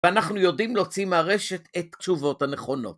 ואנחנו יודעים להוציא מהרשת את התשובות הנכונות.